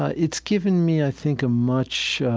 ah it's given me, i think a much